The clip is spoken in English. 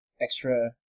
extra